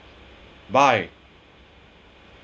bye